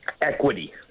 equity